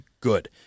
good